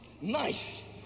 Nice